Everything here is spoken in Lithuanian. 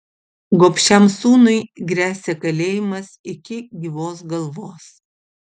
gobšiam sūnui gresia kalėjimas iki gyvos galvos